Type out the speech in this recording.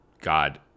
God